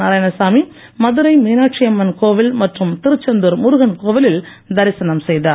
நாராயணாசாமி மதுரை மீனாட்சி அம்மன் கோவில் மற்றும் திருச்செந்தூர் முருகன் கோவிலில் தரிசனம் செய்தார்